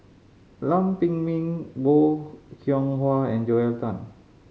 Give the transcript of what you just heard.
Lam Pin Min Bong Hiong Hwa and Joel Tan